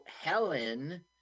Helen